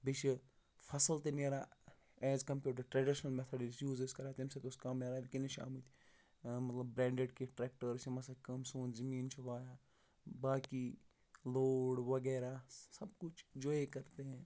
بیٚیہِ چھِ فصٕل تہِ نیران as compared to traditional method یُس یوٗز ٲسۍ کَران تَمہِ سۭتۍ اوس کَم نیران وٕنکٮ۪نَس چھِ آمٕتۍ مطلب برٛینڈٕڈ کینٛہہ ٹرٛیکٹَرٕز یِم ہَسا کَم سون زٔمیٖن چھُ وایان باقٕے لوڈ وغیرہ سب کُچھ جو یہ کَرتے ہیں